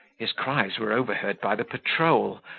his cries were overheard by the patrol,